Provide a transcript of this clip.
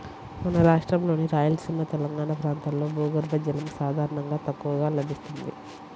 మన రాష్ట్రంలోని రాయలసీమ, తెలంగాణా ప్రాంతాల్లో భూగర్భ జలం సాధారణంగా తక్కువగా లభిస్తుంది